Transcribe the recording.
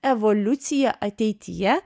evoliuciją ateityje